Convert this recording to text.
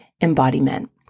embodiment